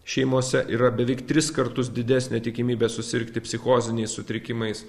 šeimose yra beveik tris kartus didesnė tikimybė susirgti psichoziniais sutrikimais